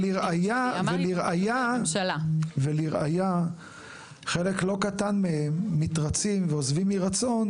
ולראייה חלק לא קטן מהם מתרצים ועוזבים מרצון